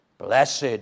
Blessed